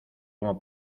como